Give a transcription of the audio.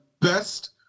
best